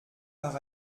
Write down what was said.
par